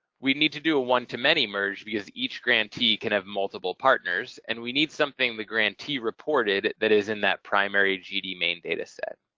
we need to do a one-to-many merge because each grantee can have multiple partners and we need something the grantee reported that is in that primary gd main dataset.